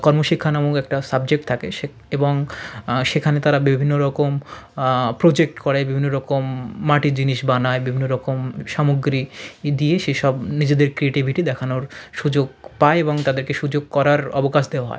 কর্মশিক্ষা নামক একটা সাবজেক্ট থাকে সে এবং সেখানে তারা বিভিন্ন রকম প্রোজেক্ট করে বিভিন্ন রকম মাটির জিনিস বানায় বিভিন্ন রকম সামগ্রী দিয়ে সে সব নিজেদের ক্রিয়েটিভিটি দেখানোর সুযোগ পায় এবং তাদেরকে সুযোগ করার অবকাশ দেওয়া হয়